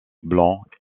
blancs